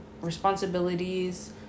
responsibilities